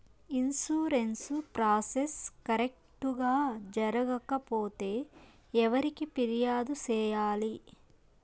insurance process correct గా జరగకపోతే ఎవరికి ఫిర్యాదు సేయాలి